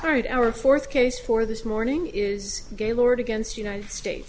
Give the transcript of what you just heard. right our fourth case for this morning is gaylord against united states